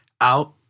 out